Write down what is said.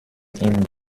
ihm